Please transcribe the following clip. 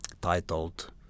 titled